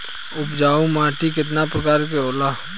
उपजाऊ माटी केतना प्रकार के होला?